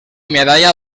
medalla